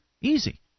Easy